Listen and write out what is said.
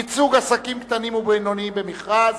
ייצוג עסקים קטנים ובינוניים במכרז),